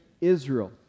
Israel